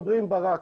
דברי עם ברק,